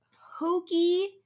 hokey